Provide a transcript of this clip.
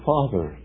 Father